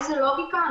איזה לוגיקה,